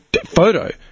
Photo